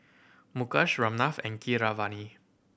Mukesh Ramnath and Keeravani